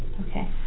Okay